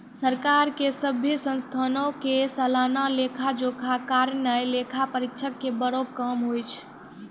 सरकार के सभ्भे संस्थानो के सलाना लेखा जोखा करनाय लेखा परीक्षक के बड़ो काम होय छै